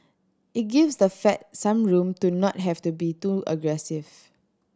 it gives the Fed some room to not have to be too aggressive